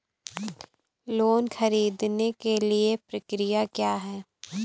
Loan ख़रीदने के लिए प्रक्रिया क्या है?